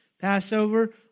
Passover